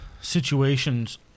situations